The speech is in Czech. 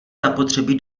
zapotřebí